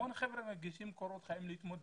המון חבר'ה מגישים קורות חיים כדי להתמודד